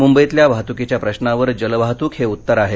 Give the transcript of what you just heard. मुंबईतल्या वाहतुकीच्या प्रश्नावर जलवाहतूक हे उत्तर आहे